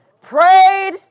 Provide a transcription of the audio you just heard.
prayed